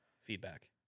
feedback